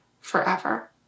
forever